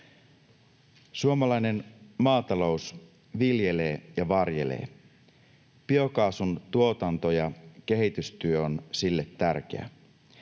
Suomalainen maatalous viljelee ja varjelee. Biokaasun tuotanto ja kehitystyö on sille tärkeä.